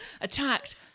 Attacked